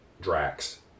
Drax